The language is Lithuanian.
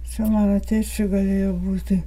čia mano tėčiui galėjo būti